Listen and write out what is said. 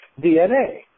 DNA